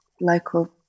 local